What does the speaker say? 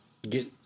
get